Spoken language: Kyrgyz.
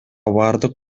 бардык